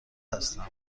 هستم